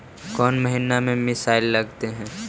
कौन महीना में मिसाइल लगते हैं?